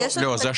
לא, זה השוטף.